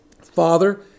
Father